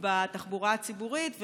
בתחבורה הציבורית,